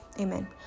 Amen